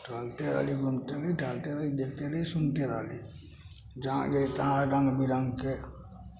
टहलते रहली घुमते रहली टहलते रहली देखते रहली सुनते रहली जहाँ गेली तहाँ रङ्ग बिरङ्गके